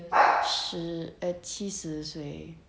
十 ah 七十岁